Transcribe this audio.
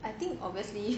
I think obviously